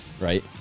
right